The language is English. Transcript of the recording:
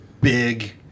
big